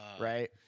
right